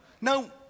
Now